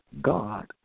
God